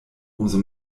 umso